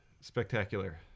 spectacular